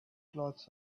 clothes